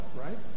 right